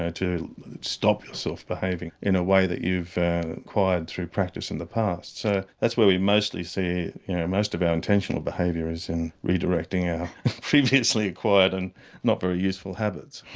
ah to stop yourself behaving in a way that you've acquired through practise in the past. so that's where we mostly see most of our intentional behaviour is in redirecting our previously acquired and not very useful habits.